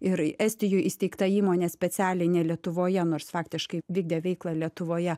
ir estijoj įsteigta įmonė specialiai ne lietuvoje nors faktiškai vykdė veiklą lietuvoje